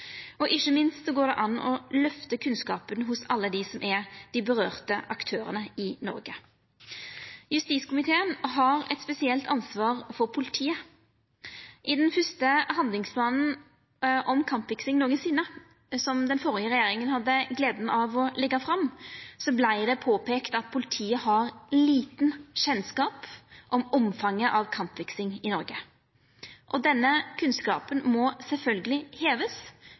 og ikkje minst går det an å løfta kunnskapen hos alle dei aktørane det gjeld i Noreg. Justiskomiteen har eit spesielt ansvar for politiet. I den fyrste handlingsplanen mot kampfiksing nokon gong, som den førre regjeringa hadde gleda av å leggja fram, vart det påpeika at politiet har liten kjennskap til omfanget av kampfiksing i Noreg. Denne kunnskapen må